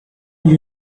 you